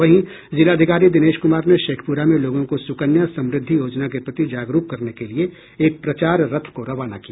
वही जिलाधिकारी दिनेश कुमार ने शेखपुरा में लोगों को सुकन्या समृद्धि योजना के प्रति जागरूक करने के लिए एक प्रचार रथ को रवाना किया